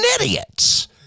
idiots